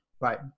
right